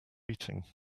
eating